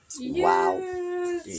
Wow